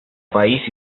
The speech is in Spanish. país